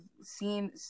seen